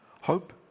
Hope